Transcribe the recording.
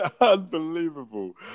Unbelievable